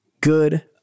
good